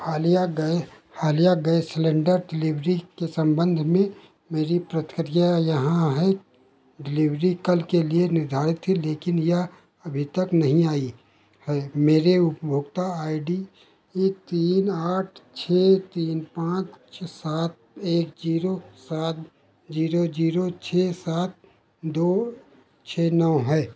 हालिया गए हालिया गैस सिलेंडर टिलीभरी की संबंध में मेरी प्रतिक्रिया यहाँ है डिलीभरी कल के लिए निर्धारित थी लेकिन यह अभी तक नहीं आई है मेरे उपभोक्ता आइ डी एक तीन आठ छः तीन पाँच सात एक जीरो सात जीरो जीरो छः सात दो छः नौ है